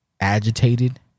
agitated